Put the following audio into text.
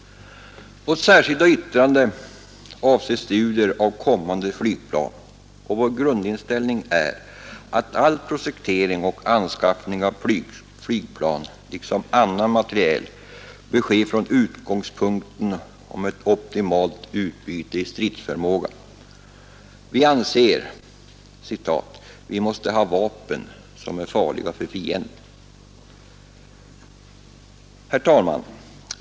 Vårt särskilda yttrande avser studier av kommande flygplan, och vår grundinställning är att all projektering och anskaffning av flygplan liksom annan materiel bör ske från utgångspunkten av ett optimalt utbyte i stridsförmåga. Vi anser att ”vi måste ha vapen som är farliga för fienden”. Herr talman!